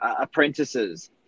apprentices